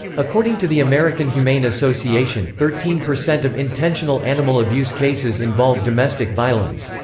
according to the american humane association, thirteen percent of intentional animal abuse cases involve domestic violence.